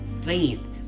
faith